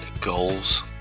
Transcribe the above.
goals